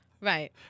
right